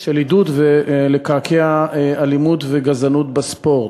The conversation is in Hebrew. של עידוד ולקעקע אלימות וגזענות בספורט.